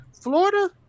Florida